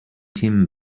tim